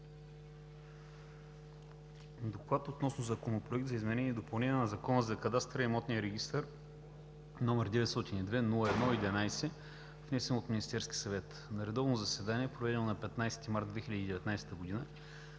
„ДОКЛАД относно Законопроект за изменение и допълнение на Закона за кадастъра и имотния регистър, № 902-01-11, внесен от Министерския съвет На редовно заседание, проведено на 15 март 2019 г.,